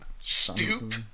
Stoop